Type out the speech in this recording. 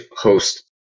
host